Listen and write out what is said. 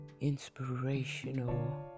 inspirational